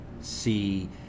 see